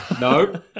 No